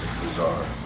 bizarre